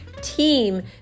team